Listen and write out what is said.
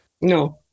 No